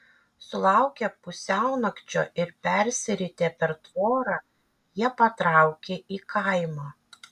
sulaukę pusiaunakčio ir persiritę per tvorą jie patraukė į kaimą